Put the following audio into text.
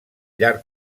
llarg